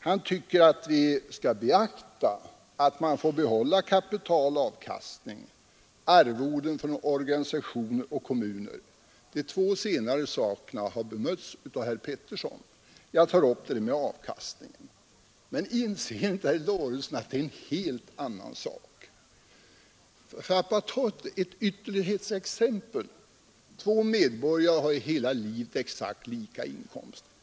Han tycker att vi skall beakta att man får behålla kapital och avkastning, arvoden från organisationer och kommuner. De två senare exemplen har bemötts av herr Pettersson. Jag tar upp det där med avkastningen. Inser inte herr Lorentzon att det är en helt annan sak? Låt mig ta ett exempel. Två medborgare har genom hela livet exakt samma inkomst.